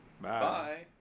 Bye